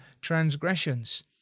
transgressions